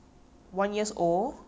but I don't believe